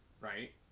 right